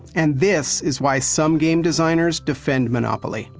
and this is why some game designers defend monopoly.